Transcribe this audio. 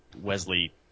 Wesley